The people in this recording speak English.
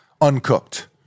uncooked